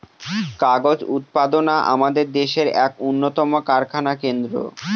কাগজ উৎপাদনা আমাদের দেশের এক উন্নতম কারখানা কেন্দ্র